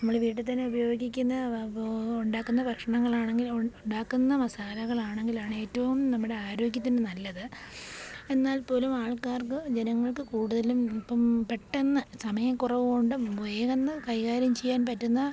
നമ്മള് വീട്ടില് തന്നെ ഉപയോഗിക്കുന്ന ഓ ഉണ്ടാക്കുന്ന ഭക്ഷണങ്ങളാണെങ്കിൽ ഉണ്ടാക്കുന്ന മസാലകളാണെങ്കിലാണ് ഏറ്റവും നമ്മുടെ ആരോഗ്യത്തിനു നല്ലത് എന്നാൽ പോലും ആൾക്കാർക്ക് ജനങ്ങൾക്ക് കൂടുതലും ഇപ്പോള് പെട്ടെന്ന് സമയം കുറവ് കൊണ്ടും വേഗന്ന് കൈകാര്യം ചെയ്യാൻ പറ്റുന്ന